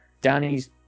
Danny's